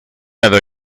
other